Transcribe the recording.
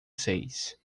seis